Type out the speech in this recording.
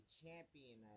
champion